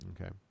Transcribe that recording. Okay